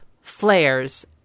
flares